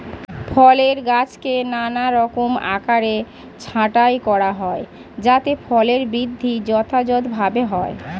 ফলের গাছকে নানারকম আকারে ছাঁটাই করা হয় যাতে ফলের বৃদ্ধি যথাযথভাবে হয়